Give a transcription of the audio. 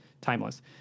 timeless